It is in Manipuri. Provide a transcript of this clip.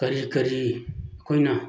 ꯀꯔꯤ ꯀꯔꯤ ꯑꯩꯈꯣꯏꯅ